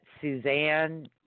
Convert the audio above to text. Suzanne